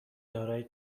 دارای